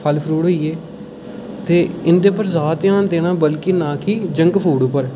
फल फ्रूट होई गे इं'दे पर जैदा धयान देना नां कि जंक फूड उप्पर